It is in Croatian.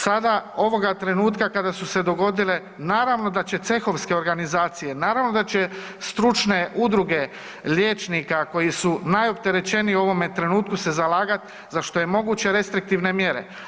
Sada ovoga trenutka kada su se dogodile naravno da će cehovske organizacije, naravno da će stručne udruge liječnika koji su najopterećeniji u ovome trenutku se zalagati za što je moguće restriktivne mjere.